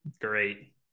great